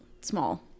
small